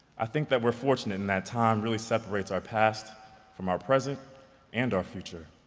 i think that we're fortunate in that time really separates our past from our president and our future.